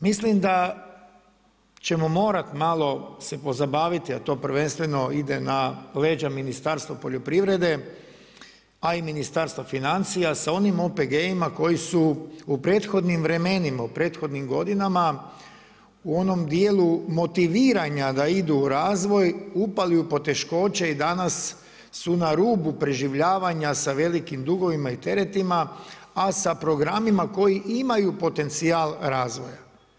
Mislim da ćemo morat malo se pozabaviti, a to prvenstveno ide na leđa Ministarstvu poljoprivrede, a i Ministarstva financija sa onim OPG-ima koji su u prethodnim vremenima, u prethodnim godinama u onom dijelu motiviranja da idu u razvoj upali u poteškoće i danas su na rubu preživljavanja sa velikim dugovima i teretima, a sa programima koji imaju potencijal razvoja.